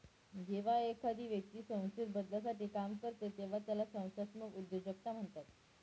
जेव्हा एखादी व्यक्ती संस्थेत बदलासाठी काम करते तेव्हा त्याला संस्थात्मक उद्योजकता म्हणतात